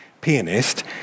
pianist